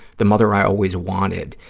the mother i always wanted,